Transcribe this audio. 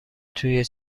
توی